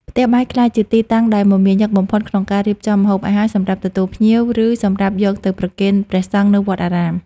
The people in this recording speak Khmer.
ផ្ទះបាយក្លាយជាទីតាំងដែលមមាញឹកបំផុតក្នុងការរៀបចំម្ហូបអាហារសម្រាប់ទទួលភ្ញៀវ ឬសម្រាប់យកទៅប្រគេនព្រះសង្ឃនៅវត្តអារាម។